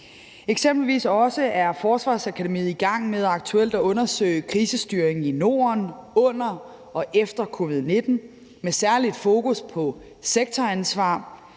Eksempelvis er Forsvarsakademiet aktuelt også i gang med at undersøge krisestyringen i Norden under og efter covid-19 med et særligt fokus på sektoransvaret.